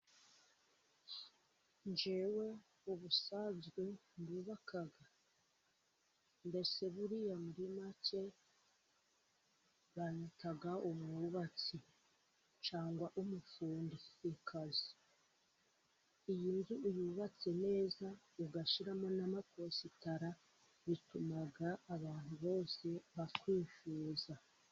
Njyewe ubusanzwe ndubaka, mbese buriya muri make banyita umwubatsi cyangwa umufundi ku kazi. iyo inzu uyubatse neza ugashyiramo n'amakositara bituma abantu bose bakwifuza.